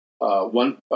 One